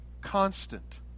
constant